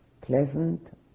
pleasant